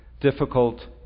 difficult